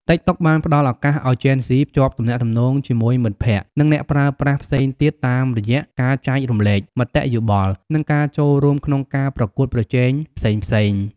តិកតុកបានផ្ដល់ឱកាសឱ្យជេនហ្ស៊ីភ្ជាប់ទំនាក់ទំនងជាមួយមិត្តភក្តិ និងអ្នកប្រើប្រាស់ផ្សេងទៀតតាមរយៈការចែករំលែក មតិយោបល់ និងការចូលរួមក្នុងការការប្រកួតប្រជែងផ្សេងៗ។